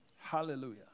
Hallelujah